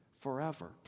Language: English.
forever